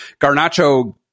garnacho